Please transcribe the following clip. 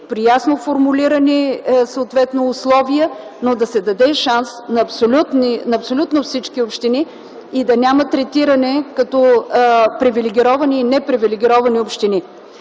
при ясно формулирани условия, но да се даде шанс на абсолютно всички общини. Да няма третиране като привилегировани и непривилегировани общини.